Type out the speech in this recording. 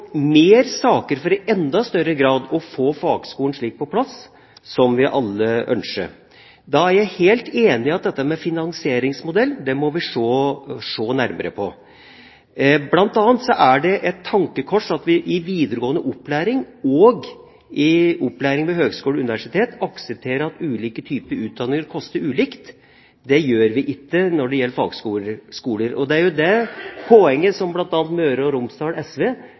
mer saker for i enda større grad å få fagskolene på plass slik som vi alle ønsker. Da er jeg helt enig i at dette med finansieringsmodell må vi se nærmere på. Blant annet er det et tankekors at vi i videregående opplæring og i opplæring ved høyskoler og universitet aksepterer at ulike typer utdanning koster ulikt. Det gjør vi ikke når det gjelder fagskoler. Det er det poenget bl.a. Møre og Romsdal SV